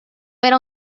era